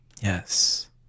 Yes